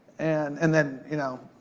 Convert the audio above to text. and and then, you know,